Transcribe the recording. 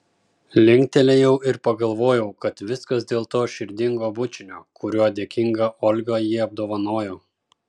linktelėjau ir pagalvojau kad viskas dėl to širdingo bučinio kuriuo dėkinga olga jį apdovanojo